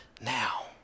now